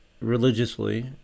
religiously